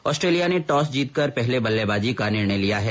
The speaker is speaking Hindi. ऑस्ट्रेलिया ने टॉस जीतकर पहले बल्लेबाजी का निर्णय लिया है